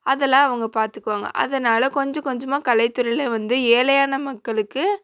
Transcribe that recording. அதெல்லாம் அவங்க பார்த்துக்குவாங்க அதனால் கொஞ்சம் கொஞ்சமாக கலைத்துறையில் வந்து ஏழையான மக்களுக்கு